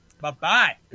Bye-bye